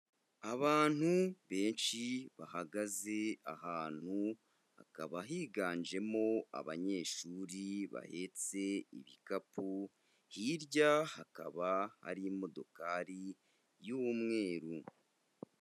Abantu benshi bahagaze ahantu hakaba higanjemo abanyeshuri bahetse ibikapu, hirya hakaba hari imodokari y'umweru.